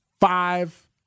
five